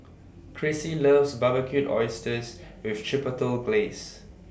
Chrissie loves Barbecued Oysters with Chipotle Glaze